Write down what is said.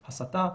הסתה.